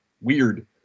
weird